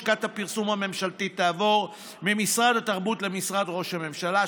לשכת הפרסום הממשלתית תעבור ממשרד התרבות למשרד ראש הממשלה,